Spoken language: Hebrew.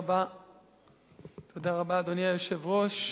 אדוני היושב-ראש,